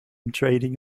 trading